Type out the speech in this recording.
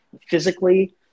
physically